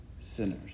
sinners